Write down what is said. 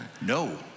No